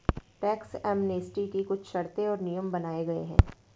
tax amnesty की कुछ शर्तें और नियम बनाये गये हैं